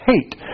hate